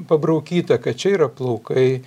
pabraukyta kad čia yra plaukai